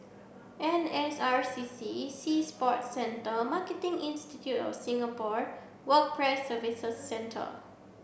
N S R C C Sea Sports Centre Marketing Institute of Singapore Work Price Services Centre